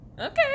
Okay